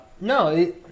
no